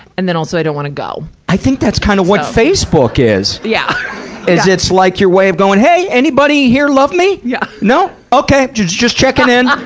and then i'll, so i don't wanna go. i think that's kind of what facebook is. yeah. is it's like your way of going, hey. anybody here love me? yeah no? okay. just just checking in.